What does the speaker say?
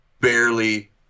barely